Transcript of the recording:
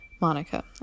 Monica